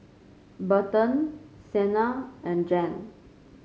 Berton Sienna and Jan